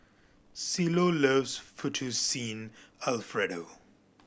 Cielo loves Fettuccine Alfredo